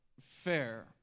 fair